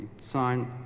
sign